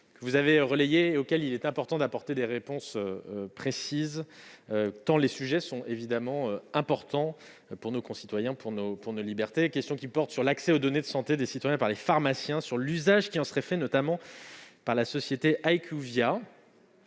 que vous avez relayées et auxquelles il est important d'apporter des réponses précises, tant ces sujets sont importants pour nos concitoyens et pour nos libertés. Cette question porte sur l'accès aux données de santé de nos concitoyens par les pharmaciens et sur l'usage qui en serait fait, notamment par Iqvia.